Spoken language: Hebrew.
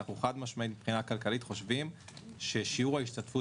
אנחנו חד משמעית מבחינה כלכלית חושבים ששיעור ההשתתפות